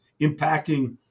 impacting